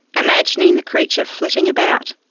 imagining the creature flitting about,